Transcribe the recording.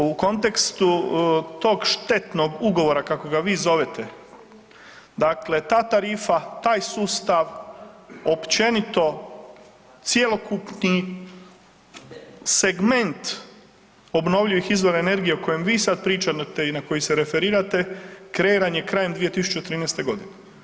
U kontekstu tog štetnog ugovora kako ga vi zovete, dakle ta tarifa, taj sustav općenito cjelokupni segment obnovljivih izvora energije o kojem vi sada pričate i na koji se referirate kreiran je krajem 2013. godine.